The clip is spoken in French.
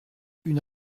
une